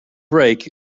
break